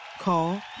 Call